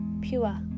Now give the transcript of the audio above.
pure